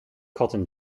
cotton